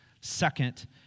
Second